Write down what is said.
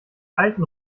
alten